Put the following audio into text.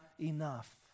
enough